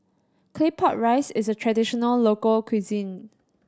Claypot Rice is a traditional local cuisine